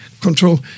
control